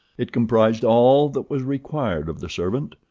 it comprised all that was required of the servant,